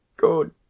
good